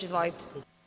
Izvolite.